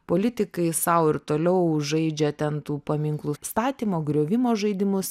politikai sau ir toliau žaidžia ten tų paminklų statymo griovimo žaidimus